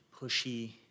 pushy